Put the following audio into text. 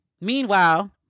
Meanwhile